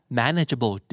manageable